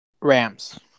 Rams